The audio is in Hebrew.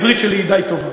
העברית שלי די טובה,